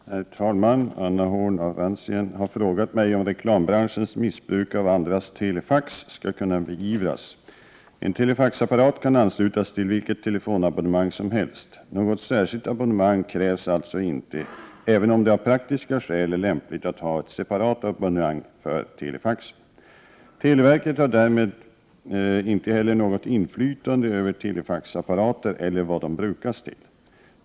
Herr talman! Anna Horn af Rantzien har frågat mig hur reklambranschens missbruk av andras telefax skall kunna beivras. En telefaxapparat kan anslutas till vilket telefonabonnemang som helst. Något särskilt abonnemang krävs alltså inte, även om det av praktiska skäl är lämpligt att ha ett separat abonnemang för telefaxen. Televerket har därmed inte heller något inflytande över telefaxapparater eller vad de brukas till.